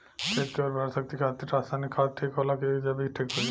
खेत के उरवरा शक्ति खातिर रसायानिक खाद ठीक होला कि जैविक़ ठीक होई?